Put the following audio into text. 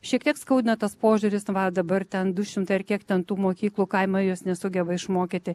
šiek tiek skaudina tas požiūris va dabar ten du šimtai ar kiek ten tų mokyklų kaimą jos nesugeba išmokyti